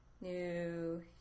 New